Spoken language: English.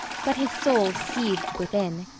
but his soul seethed within.